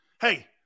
Hey